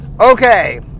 Okay